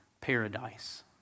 paradise